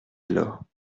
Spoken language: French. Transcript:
alors